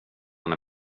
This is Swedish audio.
när